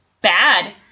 bad